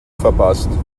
verpasst